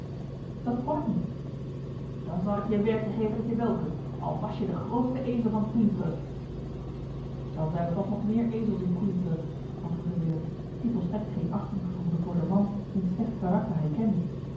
dan zal ik je een werkje geven dat je wel kunt al was je de grootste ezel van queensland dan zijn er toch nog meer ezels in queensland antwoordde willem die volstrekt geen achting gevoelde voor den man wiens slecht karakter hij kende